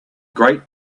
great